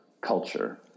culture